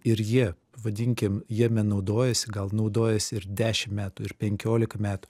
ir jie vadinkim jie me naudojasi gal naudojasi ir dešim metų ir penkiolika metų